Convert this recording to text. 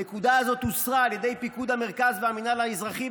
הנקודה הזאת הוסרה על ידי פיקוד המרכז והמינהל האזרחי,